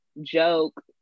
joke